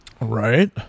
Right